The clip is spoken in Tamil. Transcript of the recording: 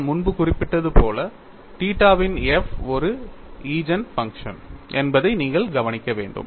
நான் முன்பு குறிப்பிட்டது போல தீட்டாவின் f ஒரு ஈஜென்ஃபங்க்ஷன் என்பதை நீங்கள் கவனிக்க வேண்டும்